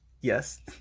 Yes